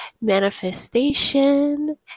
Manifestation